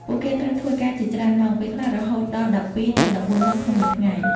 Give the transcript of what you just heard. ពួកគេត្រូវធ្វើការជាច្រើនម៉ោង ពេលខ្លះរហូតដល់ ១២ ទៅ ១៤ ម៉ោងក្នុងមួយថ្ងៃ។